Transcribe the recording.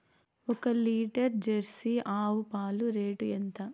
ఒక litre jersey ఆవు పాలు రేటు ఎంత?